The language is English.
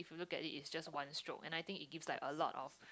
if you look at it it's just one stroke and I think it gives like a lot of